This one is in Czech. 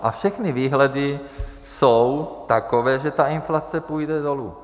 A všechny výhledy jsou takové, že ta inflace půjde dolů.